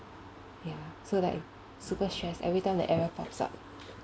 ya so like super stress every time the error pops up